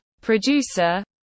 producer